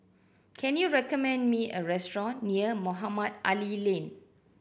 can you recommend me a restaurant near Mohamed Ali Lane